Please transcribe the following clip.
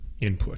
input